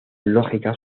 lógica